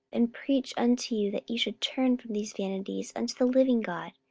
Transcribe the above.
and preach unto you that ye should turn from these vanities unto the living god,